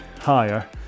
higher